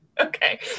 okay